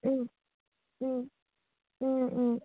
ও ও ও ও